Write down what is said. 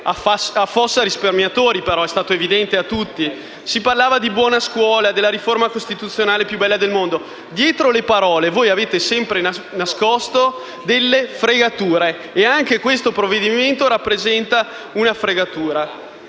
"affossa risparmiatori". Si parlava di buona scuola, della riforma costituzionale più bella del mondo. Dietro le parole, voi avete sempre nascosto delle fregature e anche questo provvedimento rappresenta una fregatura.